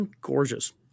gorgeous